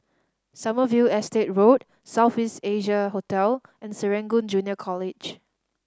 Sommerville Estate Road South East Asia Hotel and Serangoon Junior College